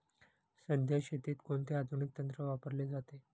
सध्या शेतीत कोणते आधुनिक तंत्र वापरले जाते?